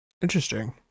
Interesting